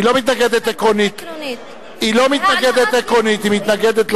היא לא מתנגדת עקרונית, היא מתנגדת לחוק.